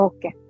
Okay